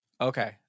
Okay